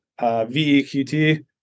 VEQT